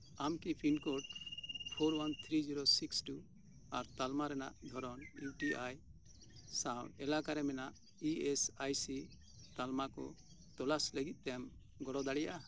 ᱟᱢ ᱠᱤ pincode four one three zero six two ᱟᱨ ᱛᱟᱞᱢᱟ ᱨᱮᱱᱟᱜ ᱫᱷᱚᱨᱚᱱ ᱤᱭᱩ ᱴᱤ ᱟᱭ ᱥᱟᱶ ᱮᱞᱟᱠᱟᱨᱮ ᱢᱮᱱᱟᱜ ᱤ ᱮᱥ ᱟᱭ ᱥᱤ ᱛᱟᱞᱢᱟ ᱠᱚ ᱛᱚᱞᱟᱥ ᱞᱟᱹᱜᱤᱫᱛᱮᱢ ᱜᱚᱲᱚ ᱫᱟᱲᱮᱭᱟᱜᱼᱟ